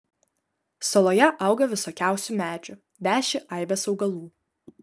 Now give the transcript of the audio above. saloje auga visokiausių medžių veši aibės augalų